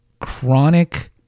chronic